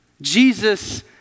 Jesus